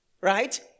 right